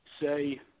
say